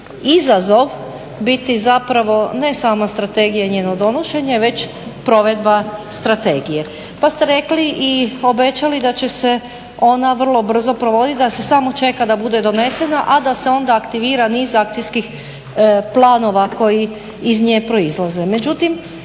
izazov biti zapravo ne sama strategija i njeno donošenje već provedba strategije, pa ste rekli i obećali da će se ona vrlo brzo provoditi, da se samo čeka da bude donesena, a da se onda aktivira niz akcijskih planova koji iz nje proizlaze.